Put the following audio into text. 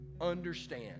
understand